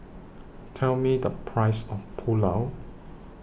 Tell Me The Price of Pulao